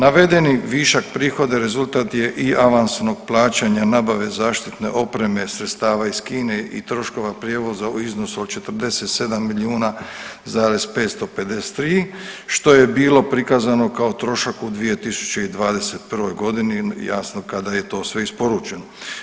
Navedeni višak prihoda rezultat je i avanskog plaćanja nabave zaštite opreme sredstava iz Kine i troškova prijevoza u iznosu od 47 milijuna zarez 553 što je bilo prikazano kao trošak u 2021. godini jasno kada je i sve to isporučeno.